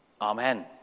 Amen